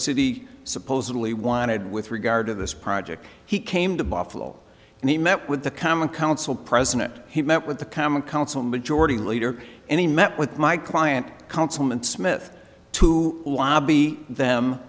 city supposedly wanted with regard to this project he came to buffalo and he met with the common council president he met with the common council majority leader and he met with my client councilman smith to lobby them